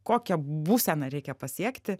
kokią būseną reikia pasiekti